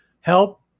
help